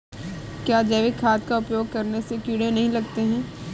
क्या जैविक खाद का उपयोग करने से कीड़े नहीं लगते हैं?